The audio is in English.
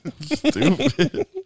Stupid